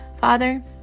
Father